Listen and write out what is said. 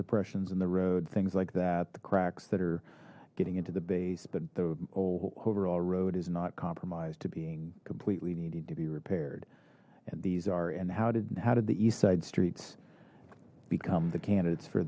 depressions in the road things like that cracks that are getting into the base but the overall road is not compromised to being completely needing to be repaired and these are and how did how did the east side streets become the candidates for